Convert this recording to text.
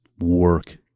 work